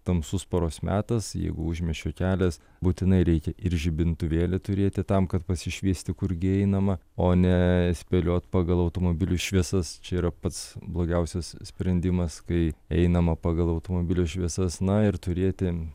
tamsus paros metas jeigu užmiesčio kelias būtinai reikia ir žibintuvėlį turėti tam kad pasišviesti kurgi einama o ne spėliot pagal automobilių šviesas čia yra pats blogiausias sprendimas kai einama pagal automobilio šviesas na ir turėti